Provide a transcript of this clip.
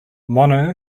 mono